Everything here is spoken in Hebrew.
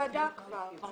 בישיבת הוועדה הקודמת,